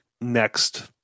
next